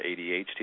ADHD